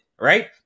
right